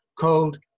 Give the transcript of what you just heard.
cold